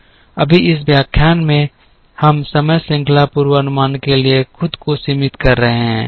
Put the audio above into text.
अभी इस व्याख्यान में हम समय श्रृंखला पूर्वानुमान के लिए खुद को सीमित कर रहे हैं